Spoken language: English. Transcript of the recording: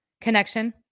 connection